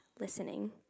listening